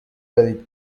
دارید